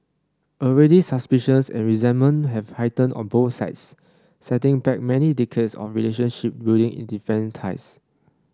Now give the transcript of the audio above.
already suspicions and resentments have heightened on both sides setting back many decades of relationship building in defence ties